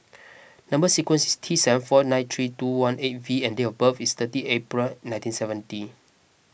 Number Sequence is T seven four nine three two one eight V and date of birth is thirty April nineteen seventy